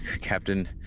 Captain